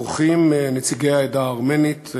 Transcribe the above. אורחים נציגי העדה הארמנית,